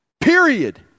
Period